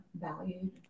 valued